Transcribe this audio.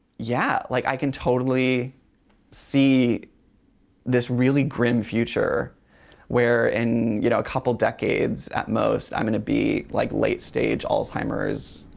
yeah like, i can totally see this really grim future where, in you know a couple of decades, at most, i'm going to be like late-stage alzheimer's.